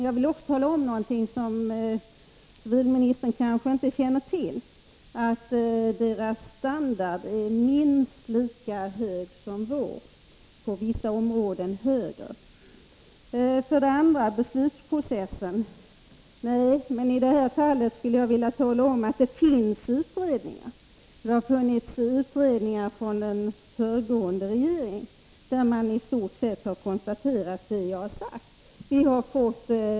Jag vill upplysa civilministern om en sak som han kanske inte känner till, nämligen att den kommunala standarden där är minst lika hög som vår — på vissa områden högre. För det andra vill jag återkomma till frågan om beslutsprocessen. Jag vill inte att beslut skall fattas utan ordentlig beredning, men i det här fallet har det redan gjorts utredningar. I utredningar som initierats av den föregående regeringen har man i stort sett konstaterat att det förhåller sig som jag har sagt.